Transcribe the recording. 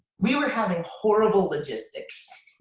we were having horrible logistics.